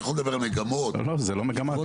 אתה יכול לדבר על מגמות לא זה לא מגמות.